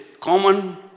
common